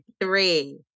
three